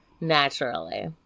Naturally